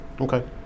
okay